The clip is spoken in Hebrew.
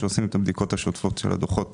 שעושים את הבדיקות השוטפות של הדוחות